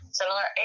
similar